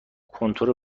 کنتور